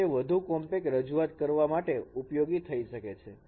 તો તે વધુ કોમ્પેક્ટ રજૂઆત કરવા માટે ઉપયોગી થઇ શકે છે